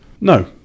No